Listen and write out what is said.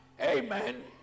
amen